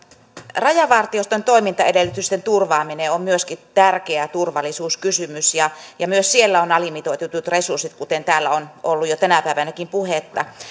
rajavartioston toimintaedellytysten turvaaminen on myöskin tärkeä turvallisuuskysymys ja ja myös siellä on alimitoitetut resurssit kuten täällä on ollut jo tänäkin päivänä puhetta